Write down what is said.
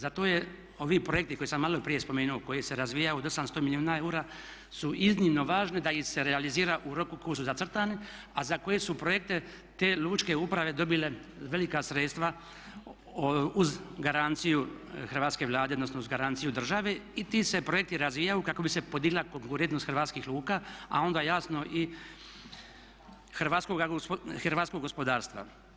Zato je, ovi projekti koje sam malo prije spomenuo koji se razvijaju od 800 milijuna eura su iznimno važni da ih se realizira u roku u kojem su zacrtani a za koje su projekte te lučke uprave dobile velika sredstva uz garanciju hrvatske Vlade odnosno uz garanciju države i ti se projekti razvijaju kako bi se podigla konkurentnost hrvatskih luka a onda jasno i hrvatskoga gospodarstva.